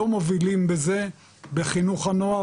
לא מובילים בזה בחינוך הנוער,